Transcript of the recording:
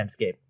timescape